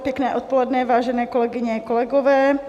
Pěkné odpoledne, vážené kolegyně, kolegové.